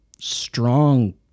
Strong